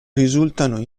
risultano